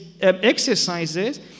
exercises